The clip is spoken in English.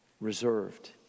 reserved